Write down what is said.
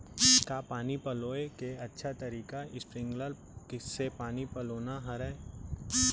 का पानी पलोय के अच्छा तरीका स्प्रिंगकलर से पानी पलोना हरय?